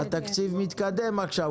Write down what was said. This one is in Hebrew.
התקציב מתקדם עכשיו.